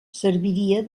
serviria